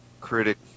critic